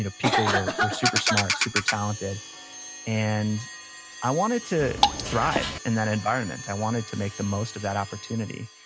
you know people were were super smart and super talented and i wanted to thrive in that environment. i wanted to make the most of that opportunity,